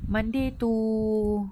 monday to